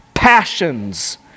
Passions